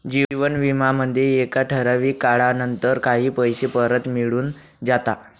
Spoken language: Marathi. जीवन विमा मध्ये एका ठराविक काळानंतर काही पैसे परत मिळून जाता